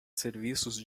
serviços